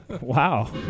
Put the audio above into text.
Wow